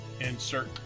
Insert